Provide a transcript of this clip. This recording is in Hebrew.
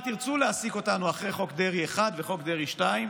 במה עוד תרצו להעסיק אותנו אחרי חוק דרעי 1 וחוק דרעי 2,